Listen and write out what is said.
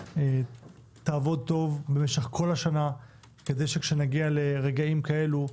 יעבדו טוב במשך כל השנה כדי שכשנגיע לרגעים כאלו,